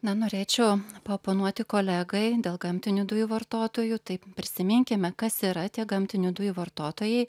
na norėčiau paoponuoti kolegai dėl gamtinių dujų vartotojų tai prisiminkime kas yra tie gamtinių dujų vartotojai